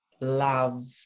love